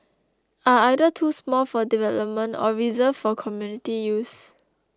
are either too small for development or reserved for community use